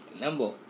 Number